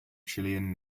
chilean